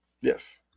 Yes